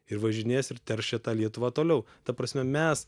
ir važinės ir terš čia tą lietuvą toliau ta prasme mes